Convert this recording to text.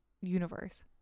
universe